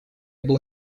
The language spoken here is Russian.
был